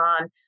on